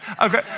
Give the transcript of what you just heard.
Okay